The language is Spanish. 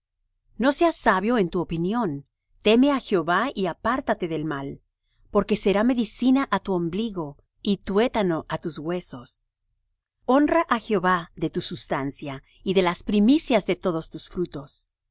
no seas sabio en tu opinión teme á jehová y apártate del mal porque será medicina á tu ombligo y tuétano á tus huesos honra á jehová de tu sustancia y de las primicias de todos tus frutos y